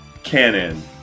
canon